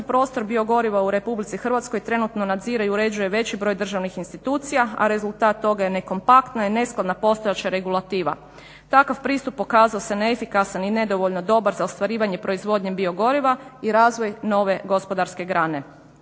prostor biogoriva u RH trenutno nadzire i uređuje veći broj državnih institucija a rezultat toga je nekompaktna i neskladna postojeća regulativa. Takav pristup pokazao se neefikasan i nedovoljno dobar za ostvarivanje proizvodnje biogoriva i razvoj nove gospodarske grane.